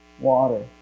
water